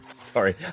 Sorry